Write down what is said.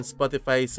Spotify